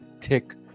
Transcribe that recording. tick